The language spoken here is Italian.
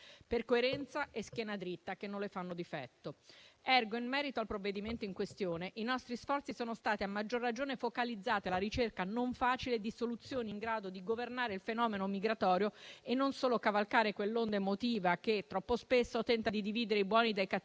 per coerenza e schiena dritta, che non le fanno difetto. *Ergo*, in merito al provvedimento in questione, i nostri sforzi sono stati a maggior ragione focalizzati sulla ricerca, non facile, di soluzioni in grado di governare il fenomeno migratorio e non solo di cavalcare quell'onda emotiva che troppo spesso tenta di dividere i buoni dai cattivi,